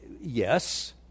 Yes